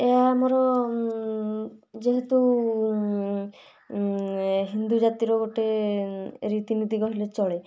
ଏହା ଆମର ଯେହେତୁ ହିନ୍ଦୁ ଜାତିର ଗୋଟେ ରୀତିନୀତି କହିଲେ ଚଳେ